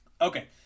Okay